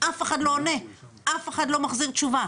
אף אחד לא עונה, אף אחד לא מחזיר תשובה.